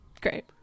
Great